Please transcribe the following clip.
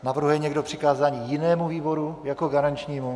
Navrhuje někdo přikázání jinému výboru jako garančnímu?